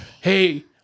hey